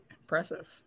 Impressive